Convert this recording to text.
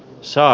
sää